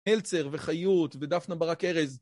מלצר וחיות ודפנה ברק ארז